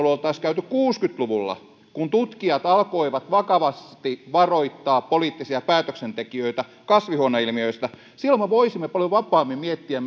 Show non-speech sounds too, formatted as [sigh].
keskustelu oltaisiin käyty kuusikymmentä luvulla kun tutkijat alkoivat vakavasti varoittaa poliittisia päätöksentekijöitä kasvuhuoneilmiöstä silloin me voisimme paljon vapaammin miettiä [unintelligible]